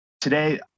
today